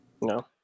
No